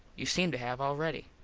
you seem to have already.